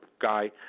guy